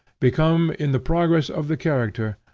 become, in the progress of the character,